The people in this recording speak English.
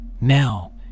Now